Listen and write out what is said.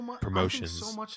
promotions